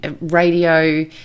radio